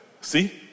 See